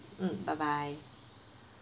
bye bye